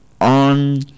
on